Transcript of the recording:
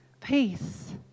peace